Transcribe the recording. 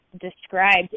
described